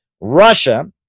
Russia